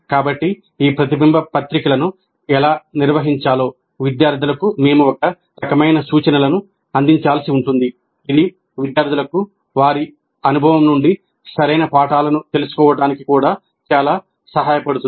కాబట్టి ఈ ప్రతిబింబ పత్రికలను ఎలా నిర్వహించాలో విద్యార్థులకు మేము ఒక రకమైన సూచనలను అందించాల్సి ఉంటుంది ఇది విద్యార్థులకు వారి అనుభవం నుండి సరైన పాఠాలను తెలుసుకోవడానికి కూడా చాలా సహాయపడుతుంది